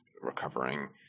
recovering